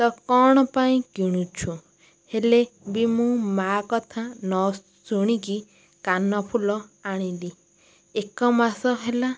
ତ କ'ଣ ପାଇଁ କିଣୁଛୁ ହେଲେ ବି ମୁଁ ମାଆ କଥା ନ ଶୁଣିକି କାନଫୁଲ ଆଣିଲି ଏକ ମାସ ହେଲା